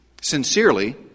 Sincerely